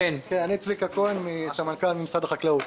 אני סמנכ"ל משרד החקלאות.